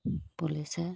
পুলিছে